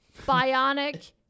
bionic